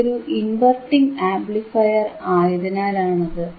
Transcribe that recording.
ഇതൊരു inverting amplifier ആയതിനാലാണ് അത്